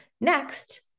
Next